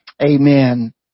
Amen